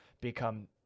become